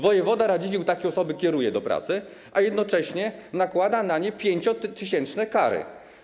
Wojewoda Radziwiłł takie osoby kieruje do pracy, a jednocześnie nakłada na nie 5-tysięczne kary.